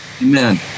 Amen